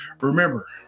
remember